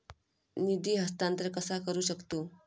निधी हस्तांतर कसा करू शकतू?